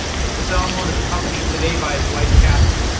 mr salamone is accompanied today by his wife kathy.